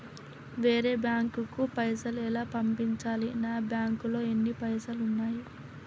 వేరే బ్యాంకుకు పైసలు ఎలా పంపించాలి? నా బ్యాంకులో ఎన్ని పైసలు ఉన్నాయి?